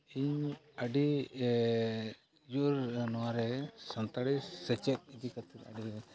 ᱤᱧ ᱟᱹᱰᱤ ᱡᱳᱨ ᱱᱚᱣᱟᱨᱮ ᱥᱟᱱᱛᱟᱲᱤ ᱥᱮᱪᱮᱫ ᱤᱫᱤᱠᱟᱛᱮᱫ ᱟᱹᱰᱤ